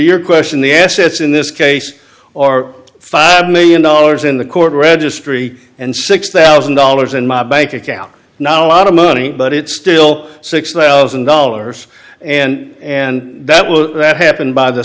your question the assets in this case or five million dollars in the court registry and six thousand dollars in my bank account not a lot of money but it's still six thousand dollars and and that will happen by the